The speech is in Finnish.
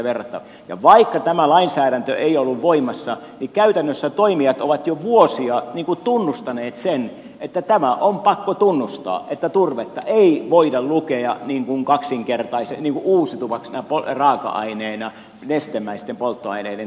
ja vaikka tämä lainsäädäntö ei ollut voimassa niin käytännössä toimijat ovat jo vuosia tunnustaneet sen että tämä on pakko tunnustaa että turvetta ei voida lukea niin kuin kaksinkertaisen ivo kuuset ovat uusiutuvana raaka aineena nestemäisten polttoaineiden tuotantoon